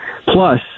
Plus